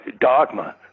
dogma